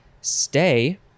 Stay